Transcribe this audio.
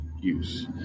use